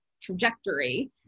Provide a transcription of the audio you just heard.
trajectory